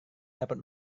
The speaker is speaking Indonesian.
dapat